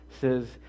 says